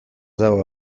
dago